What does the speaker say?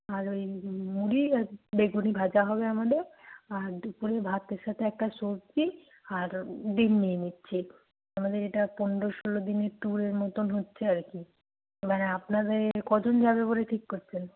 আর ওই মুড়ি আর বেগুনি ভাজা হবে আমাদের আর দুপুরে ভাতের সাথে একটা সবজি আর ডিম নিয়ে নিচ্ছি আমাদের এটা পনেরো ষোলো দিনের ট্যুরের মতন হচ্ছে আর কি এবারে আপনাদের কজন যাবে বলে ঠিক করছেন